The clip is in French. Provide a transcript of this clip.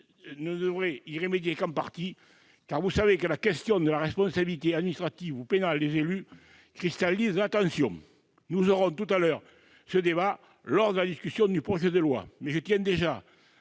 ne devrait y remédier qu'en partie, car, vous le savez, la question des responsabilités administrative et pénale des élus cristallise l'attention. Nous aurons tout à l'heure ce débat, lors de la discussion du projet de loi. Mais je tiens d'ores